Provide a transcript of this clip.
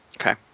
Okay